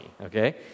okay